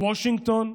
וושינגטון,